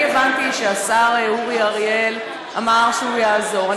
אני הבנתי שהשר אורי אריאל אמר שהוא יעזור,